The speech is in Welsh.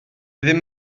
ddim